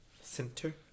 Center